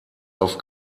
auf